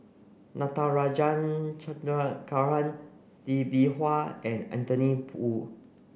Natarajan Chandrasekaran Lee Bee Wah and Anthony Poon